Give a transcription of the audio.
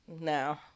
No